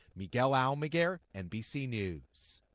miguel almaguer, nbc news.